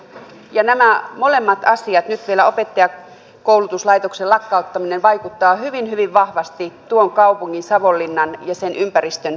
nämä molemmat asiat ja nyt vielä opettajankoulutuslaitoksen lakkauttaminen vaikuttavat hyvin hyvin vahvasti tuon kaupungin savonlinnan ja sen ympäristön tilanteeseen